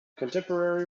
contemporary